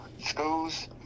schools